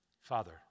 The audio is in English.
Father